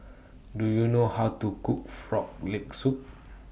Do YOU know How to Cook Frog Leg Soup